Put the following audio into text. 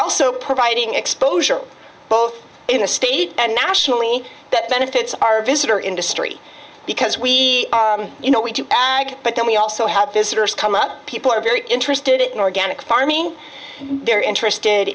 also providing exposure both in a state and nationally that benefits our visitor industry because we you know we do but then we also have visitors come up people are very interested in organic farming they're interested